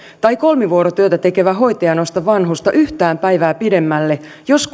tai kolmivuorotyötä tekevä hoitaja nosta vanhusta yhtään päivää pidemmälle jos